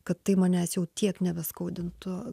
kad tai manęs jau tiek nebeskaudintų